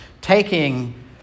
taking